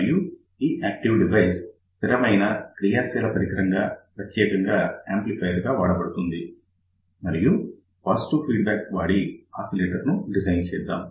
మరి ఈ active device స్థిరమైన క్రియాశీల పరికరంగా ప్రత్యేకంగా యాంప్లిఫయర్ గా ఉపయోగించబడుతుంది మరియు పాజిటివ్ ఫీడ్ బ్యాక్ ని ఉపయోగించి ఆసిలేటర్ ని డిజైన్ చేద్దాం